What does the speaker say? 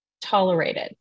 tolerated